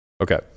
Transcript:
Okay